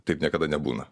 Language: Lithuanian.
taip niekada nebūna